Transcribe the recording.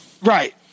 Right